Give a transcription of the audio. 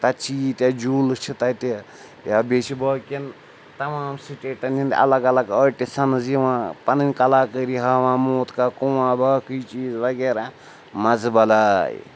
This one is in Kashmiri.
تَتہِ چھِ ییٖتیٛاہ جوٗلہٕ چھِ تَتہِ یا بیٚیہِ چھِ باقٕیَن تَمام سِٹیٹَن ہِنٛدۍ الگ الگ آٹِسنٕز یِوان پَنٕنۍ کَلاکٲری ہاوان موت کا کُنواں باقٕے چیٖز وغیرہ مَزٕ بَلاے